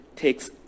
takes